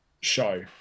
show